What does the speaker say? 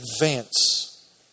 advance